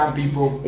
people